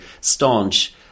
staunch